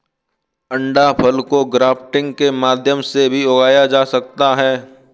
अंडाफल को ग्राफ्टिंग के माध्यम से भी उगाया जा सकता है